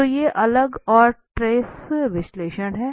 तो ये अलग और ट्रेस विश्लेषण है